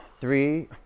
three